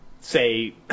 say